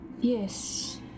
Yes